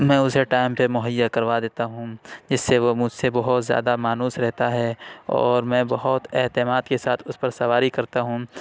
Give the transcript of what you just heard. میں اسے ٹائم پہ مہیا کروا دیتا ہوں جس سے وہ مجھ سے بہت زیادہ مانوس رہتا ہے اور میں بہت اعتماد کے ساتھ اس پر سواری کرتا ہوں